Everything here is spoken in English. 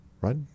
Right